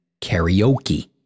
karaoke